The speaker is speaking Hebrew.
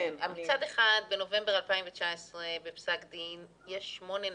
מצד אחד בנובמבר 2019 בפסק דין יש שמונה נשים,